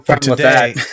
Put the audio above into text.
today